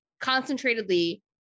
concentratedly